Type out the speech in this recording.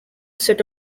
set